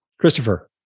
Christopher